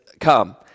come